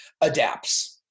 adapts